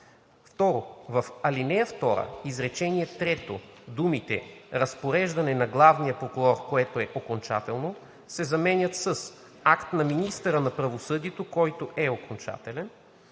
2. В ал. 2, изречение трето думите „разпореждане на главния прокурор, което е окончателно“ се заменят с „акт на министъра на правосъдието, който е окончателен“.